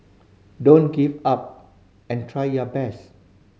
don't give up and try your best